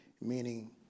meaning